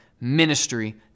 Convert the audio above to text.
ministry